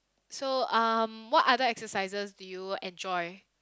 so um what other exercises do you enjoy